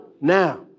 now